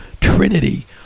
Trinity